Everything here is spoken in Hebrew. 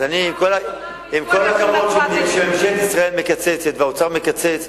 אז עם כל הכבוד לכך שממשלת ישראל מקצצת והאוצר מקצץ,